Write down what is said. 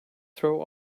throw